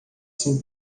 sem